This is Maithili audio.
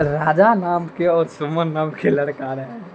राजा नामके आओर सुमन नामके लड़का रहए